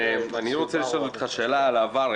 אני רוצה לשאול אותך שאלה על העבר,